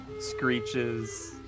screeches